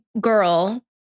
girl